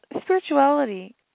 spirituality